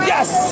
Yes